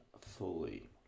fully